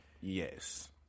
Yes